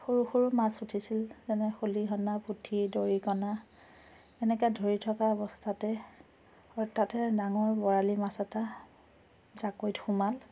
সৰু সৰু মাছ উঠিছিল যেনে খলিহনা পুঠি দৰিকণা সেনেকৈ ধৰি থকা অৱস্থাতে তাতে ডাঙৰ বৰালি মাছ এটা জাকৈত সোমাল